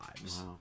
lives